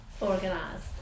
organized